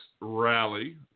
rally